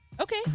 Okay